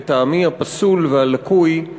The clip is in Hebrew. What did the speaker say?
לטעמי הפסול והלקוי,